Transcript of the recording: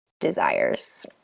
desires